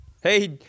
Hey